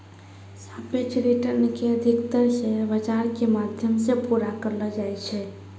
सापेक्ष रिटर्न के अधिकतर शेयर बाजार के माध्यम से पूरा करलो जाय छै